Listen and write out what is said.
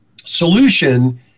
solution